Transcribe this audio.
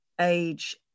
age